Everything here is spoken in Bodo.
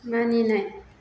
मानिनाय